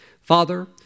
Father